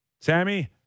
sammy